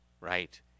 Right